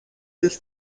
del